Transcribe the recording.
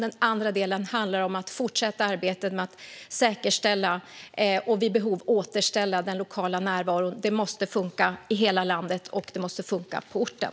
En annan del handlar om att fortsätta arbetet med att säkerställa och vid behov återställa den lokala närvaron. Det måste funka i hela landet, och det måste funka på orten.